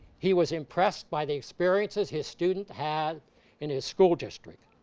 he was impressed by the experiences his students had in his school district.